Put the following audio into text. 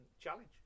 challenge